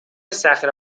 صخره